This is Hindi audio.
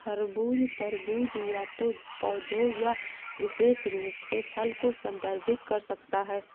खरबूज, तरबूज या तो पौधे या विशेष रूप से फल को संदर्भित कर सकता है